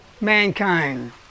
mankind